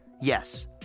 Yes